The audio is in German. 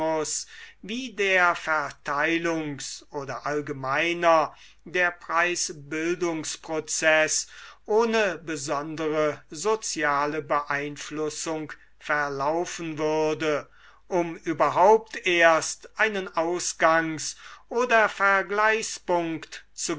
wie der verteilungs oder allgemeiner der preisbildungsprozeß ohne besondere soziale beeinflussung verlaufen würde um überhaupt erst einen ausgangs oder vergleichspunkt